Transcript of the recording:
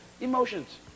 Emotions